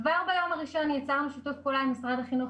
כבר ביום הראשון יצרנו שיתוף פעולה עם משרד החינוך,